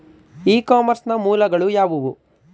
E commerce ನ ಮೂಲಗಳು ಯಾವುವು?